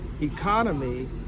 economy